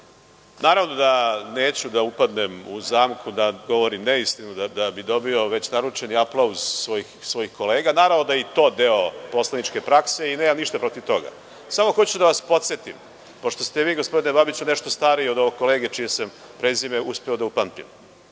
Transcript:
Naravno, da neću da upadnem u zamku da govorim neistinu da bih dobio već naručeni aplauz svojih kolega. Naravno da je i to deo poslaničke prakse i nemam ništa protiv toga. Samo hoću da vas podsetim, pošto ste vi, gospodine Babiću, nešto stariji od ovog kolege čije sam prezime uspeo da upamtim,